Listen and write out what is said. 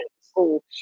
school